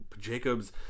Jacob's